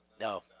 No